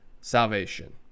salvation